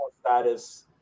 status